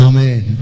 Amen